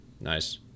Nice